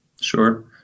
Sure